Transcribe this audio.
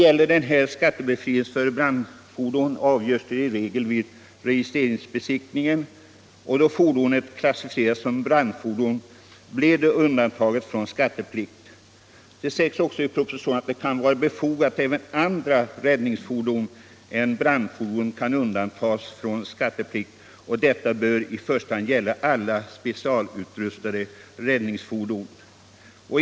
Frågan om skattebefrielse för brandfordon avgörs i regel vid registreringsbesiktningen. Då fordonet klassificerats som brandfordon blir det undantaget från skatteplikt. Det sägs också i propositionen att det kan vara befogat att även andra räddningsfordon än brandfordon kan undantas från skatteplikt. Detta bör i första hand gälla alla specialutrustade räddningsfordon.